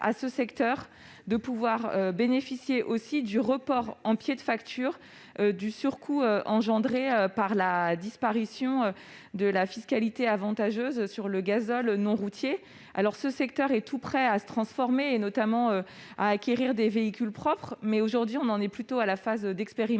de bénéficier aussi du report en pied de facture du surcoût engendré par la disparition de la fiscalité avantageuse sur le gazole non routier (GNR). Ce secteur est tout prêt à se transformer, et notamment à acquérir des véhicules propres, mais, aujourd'hui, on en est plutôt à la phase d'expérimentation,